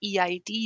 EID